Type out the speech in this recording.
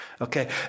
okay